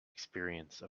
experience